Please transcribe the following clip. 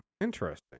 interesting